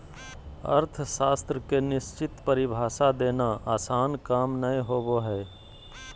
अर्थशास्त्र के निश्चित परिभाषा देना आसन काम नय होबो हइ